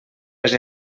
les